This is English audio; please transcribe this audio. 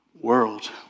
world